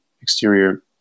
exterior